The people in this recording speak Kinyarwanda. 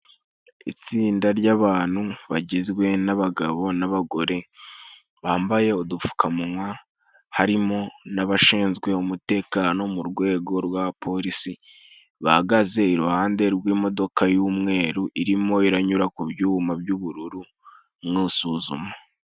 Itsinda ry'abantu bagizwe n'abagabo n'abagore, bambaye udupfukamunwa harimo n'abashinzwe umutekano mu rwego rw'abapolisi, bahagaze iruhande rw'imodoka y'umweru irimo iranyura ku byuma by'ubururu mu suzuma.